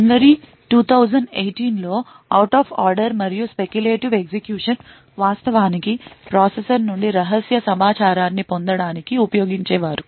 జనవరి 2018 లో ఈ out of order మరియు speculative ఎగ్జిక్యూషన్ వాస్తవానికి ప్రాసెసర్ నుండి రహస్య సమాచారాన్ని పొందటానికి ఉపయోగించేవారు